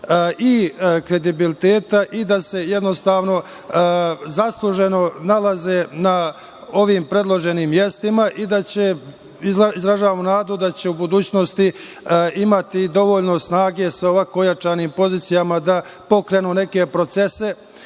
i kredibiliteta i da se jednostavno zasluženo nalaze na ovim predloženim mestima. Izražavam nadu da će u budućnosti imati dovoljno snage sa ovako ojačanim pozicijama da pokrenu neke procese